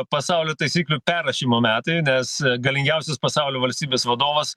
pasaulio taisyklių perrašymo metai nes galingiausios pasaulio valstybės vadovas